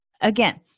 Again